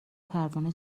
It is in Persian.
پروانه